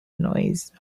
noise